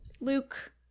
Luke